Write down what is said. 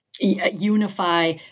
Unify